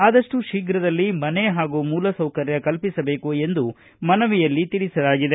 ಆದಷ್ಟು ಶೀಘದಲ್ಲಿ ಮನೆ ಹಾಗೂ ಮೂಲ ಸೌಕರ್ಯಗಳನ್ನು ಕಲ್ಪಿಸಬೇಕು ಎಂದು ಮನವಿಯಲ್ಲಿ ತಿಳಿಸಲಾಗಿದೆ